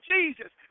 Jesus